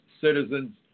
citizens